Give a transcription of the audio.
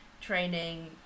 training